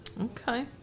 Okay